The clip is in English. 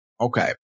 Okay